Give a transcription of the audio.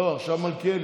לא, עכשיו מלכיאלי.